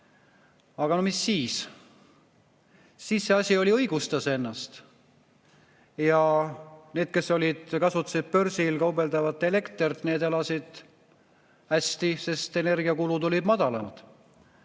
Aga no mis siis? Siis see asi õigustas ennast. Ja need, kes kasutasid börsil kaubeldavat elektrit, need elasid hästi, sest energiakulud olid madalamad.